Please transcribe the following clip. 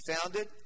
founded